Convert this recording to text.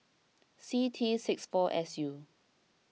C T six four S U